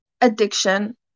addiction